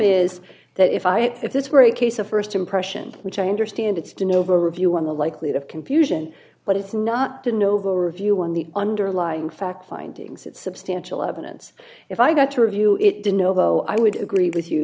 is that if i if this were a case of st impression which i understand it's to nova review on the likelihood of confusion but it's not the novo review on the underlying fact findings it's substantial evidence if i got to review it dunno i would agree with you